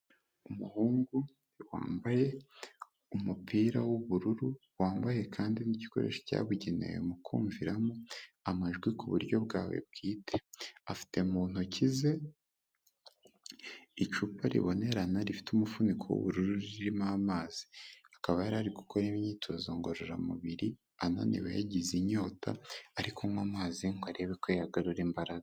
Umuhungu wambaye umupira w'ubururu, wambaye kandi n'igikoresho cyabugenewe mu kumviramo amajwi ku buryo bwawe bwite. Afite mu ntoki ze icupa ribonerana rifite umufuniko w'ubururu ririmo amazi. Akaba yari ari gukora imyitozo ngororamubiri, ananiwe yagize inyota, ari kunywa amazi ngo arebe ko yagarura imbaraga.